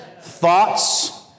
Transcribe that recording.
Thoughts